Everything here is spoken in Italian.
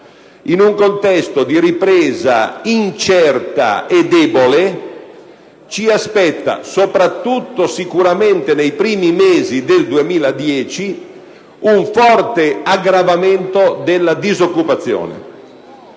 In un contesto di ripresa incerta e debole ci aspettano sicuramente, soprattutto nei primi mesi del 2010, un forte aggravamento della disoccupazione